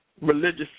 religious